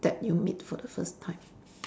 that you meet for the first time